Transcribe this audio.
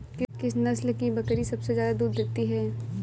किस नस्ल की बकरी सबसे ज्यादा दूध देती है?